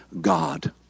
God